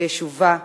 ביישובה ובביטחונה.